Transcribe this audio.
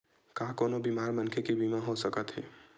का कोनो बीमार मनखे के बीमा हो सकत हे?